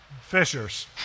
fishers